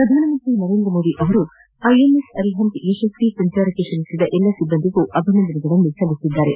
ಪ್ರಧಾನ ಮಂತ್ರಿ ನರೇಂದ್ರ ಮೋದಿ ಅವರು ಐಎನ್ಎಸ್ ಅರಿಹಂತ್ ಯಶಸ್ವಿ ಸಂಚಾರಕ್ಕೆ ಶ್ರಮಿಸಿದ ಎಲ್ಲ ಸಿಬ್ಬಂದಿಗೆ ಅಭಿನಂದನೆಗಳನ್ನು ಸಲ್ಲಿಸಿದ್ದಾರೆ